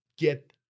get